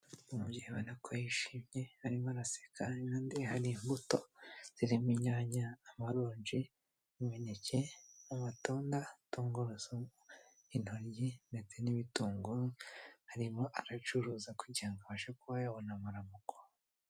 Umubyeyi ubona ko yishimye arimo araseka, impande ye hari imbuto zirimo inyanya, amaronji n'imineke, amatunda, tungorusumu, intoryi ndetse n'ibitunguru, arimo aracuruza kugirango ngo abasha kuba yabona amaramuko.